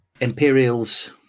Imperials